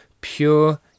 pure